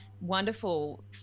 wonderful